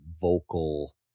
vocal